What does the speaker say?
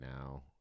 now